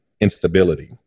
instability